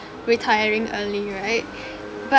retiring early right but